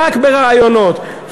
רק ברעיונות.